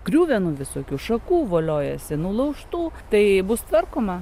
griuvenų visokių šakų voliojasi nulaužtų tai bus tvarkoma